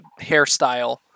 hairstyle